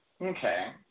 Okay